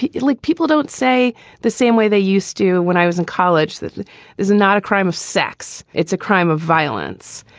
like people don't say the same way they used to when i was in college. this is not a crime of sex. it's a crime of violence.